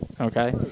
Okay